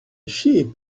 sheep